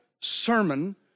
sermon